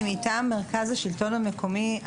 אני מטעם מרכז השלטון המקומי,